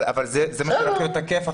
אבל זה מה שרצינו לתקף עכשיו.